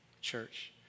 church